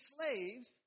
slaves